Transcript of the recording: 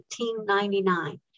1999